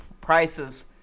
prices